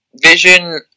Vision